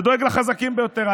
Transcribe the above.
זה דואג לחזקים ביותר.